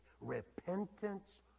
Repentance